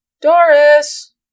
Doris